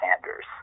Sanders